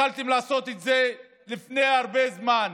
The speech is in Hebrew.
יכולתם לעשות את זה לפני הרבה זמן,